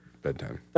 bedtime